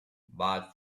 but